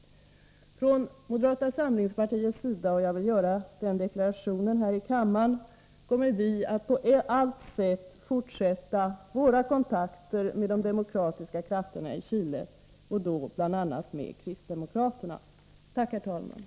Från moderata samlingspartiets sida — jag vill göra den deklarationen här i kammaren — kommer vi att på allt sätt fortsätta våra kontakter med de demokratiska krafterna i Chile, bl.a. med kristdemokraterna. Jag tackar än en gång.